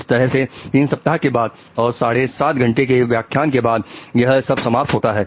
इस तरह से 3 सप्ताह के बाद और साडे 7 घंटे के व्याख्यान के बाद यह सब समाप्त होता है